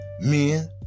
men